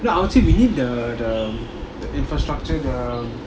no I would say we need the the infrastructure the